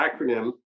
acronym